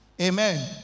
amen